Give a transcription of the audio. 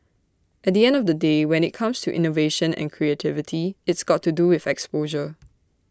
at the end of the day when IT comes to innovation and creativity it's got to do with exposure